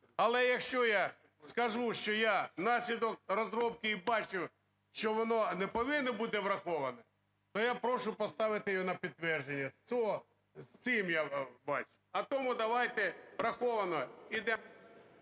але якщо я скажу, що я внаслідок розробки бачу, що воно не повинно бути враховано, то я прошу поставити його на підтвердження. З цим … А тому давайте, враховано…